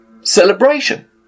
celebration